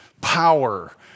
power